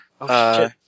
Okay